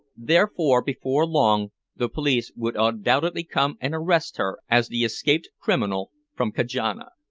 therefore before long the police would undoubtedly come and arrest her as the escaped criminal from kajana.